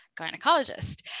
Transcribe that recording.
gynecologist